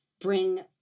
bring